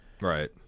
Right